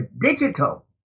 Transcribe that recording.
digital